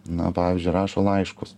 na pavyzdžiui rašo laiškus